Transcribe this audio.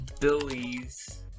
Billy's